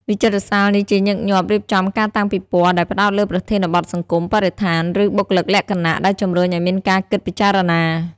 វិចិត្រសាលនេះជាញឹកញាប់រៀបចំការតាំងពិពណ៌ដែលផ្តោតលើប្រធានបទសង្គម បរិស្ថាន ឬបុគ្គលិកលក្ខណៈ ដែលជំរុញឲ្យមានការគិតពិចារណា។